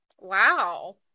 Wow